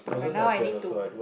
but now I need to